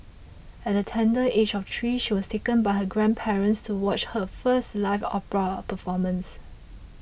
at the tender age of three she was taken by her grandparents to watch her first live opera performance